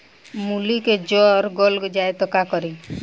मूली के जर गल जाए त का करी?